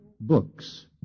books